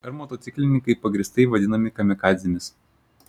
ar motociklininkai pagrįstai vadinami kamikadzėmis